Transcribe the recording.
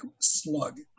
slug